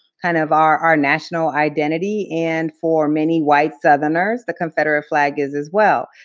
kind of our national identity, and for many white southerners, the confederate flag is as well.